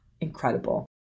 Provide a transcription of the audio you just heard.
Incredible